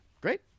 Great